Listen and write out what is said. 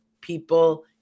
people